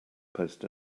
post